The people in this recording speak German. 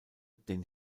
den